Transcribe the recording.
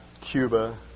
Cuba